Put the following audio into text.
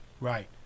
Right